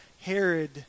Herod